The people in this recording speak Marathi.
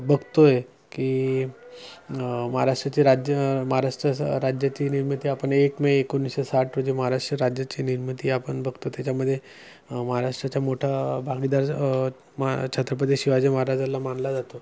बघतो आहे की महाराष्ट्राची राज्य महाराष्ट्र राज्याची निर्मिती आपण एक मे एकोणीसशे साठ रोजी महाराष्ट्र राज्याची निर्मिती आपण बघतो त्याच्यामध्ये महाराष्ट्राच्या मोठा भागीदार म छत्रपती शिवाजी महाराजाला मानला जातो